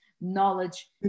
knowledge